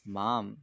मां